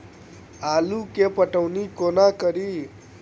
आलु केँ पटौनी कोना कड़ी?